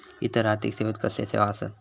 इतर आर्थिक सेवेत कसले सेवा आसत?